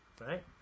Right